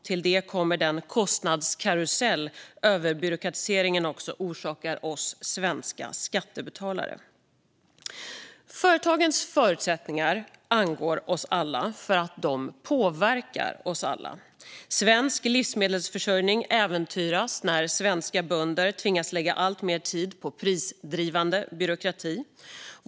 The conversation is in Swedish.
Till det kommer den kostnadskarusell överbyråkratiseringen orsakar oss svenska skattebetalare. Företagens förutsättningar angår oss alla, för de påverkar oss alla. Svensk livsmedelsförsörjning äventyras när svenska bönder tvingas lägga alltmer tid på prisdrivande byråkrati.